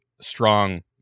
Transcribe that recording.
strong